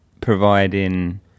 providing